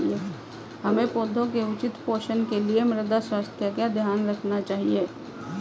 हमें पौधों के उचित पोषण के लिए मृदा स्वास्थ्य का ध्यान रखना चाहिए